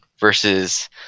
versus